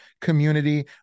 community